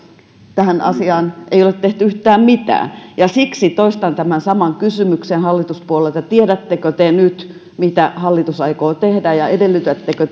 tälle asialle ei ole tehty yhtään mitään siksi toistan tämän saman kysymyksen hallituspuolueille tiedättekö te nyt mitä hallitus aikoo tehdä ja edellytättekö